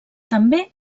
també